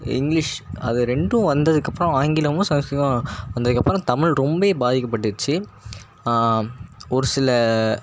English அது ரெண்டும் வந்ததுக்கப்புறம் ஆங்கிலமும் சமஸ்கிருதமும் வந்ததுக்கப்புறம் தமிழ் ரொம்ப பாதிக்கப்பட்டுச்சு ஒரு சில